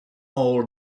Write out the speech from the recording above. all